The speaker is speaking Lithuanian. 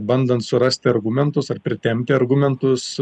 bandant surasti argumentus ar pritempti argumentus